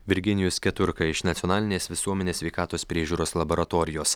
virginijus keturka iš nacionalinės visuomenės sveikatos priežiūros laboratorijos